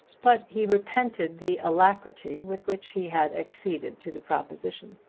but he repented the alacrity with which he had acceded to the proposition.